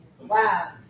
Wow